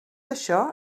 això